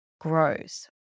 grows